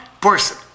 person